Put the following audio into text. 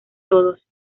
todos